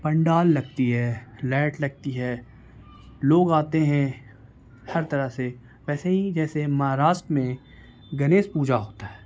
پنڈال لگتی ہے لائٹ لگتی ہے لوگ آتے ہیں ہر طرح سے ویسے ہی جیسے مہاراشٹرا میں گنیش پوجا ہوتا ہے